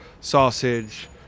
sausage